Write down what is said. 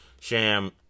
Sham